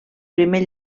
primer